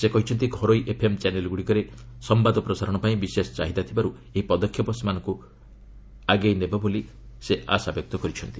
ସେ କହିଛନ୍ତି ଘରୋଇ ଏଫ୍ଏମ୍ ଚ୍ୟାନେଲ୍ଗୁଡ଼ିକରେ ସମ୍ଭାଦ ପ୍ରସାରଣପାଇଁ ବିଶେଷ ଚାହିଦା ଥିବାରୁ ଏହି ପଦକ୍ଷେପ ସେମାନଙ୍କୁ ଆଗେଇ ନେବ ବୋଲି ସେ ଆଶା ବ୍ୟକ୍ତ କରିଛନ୍ତି